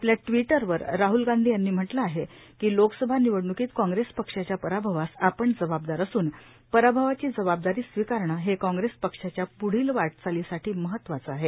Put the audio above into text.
आपल्या ट्विटर वर राहल गांधी यांनी म्हटलं की लोकसभा निवडणुकीत कांग्रेस पक्षाच्या पराभवास आपण जबाबदार असून पराभवाची जबाबदारी स्विकारणं हे कांग्रेस पक्षाच्या प्ढील वाटचालीसाठी महत्वाचं आहे